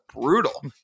brutal